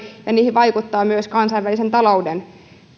ja niihin vaikuttavat myös kansainvälisen talouden